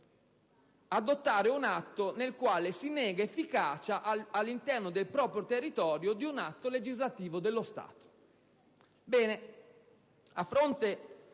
adottare un atto nel quale si nega efficacia, all'interno del proprio territorio, a un atto legislativo dello Stato.